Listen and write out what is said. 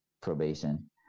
probation